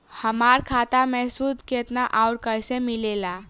हमार खाता मे सूद केतना आउर कैसे मिलेला?